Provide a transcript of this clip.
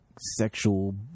sexual